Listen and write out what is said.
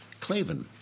Clavin